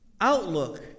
outlook